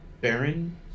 Baron